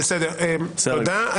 תודה.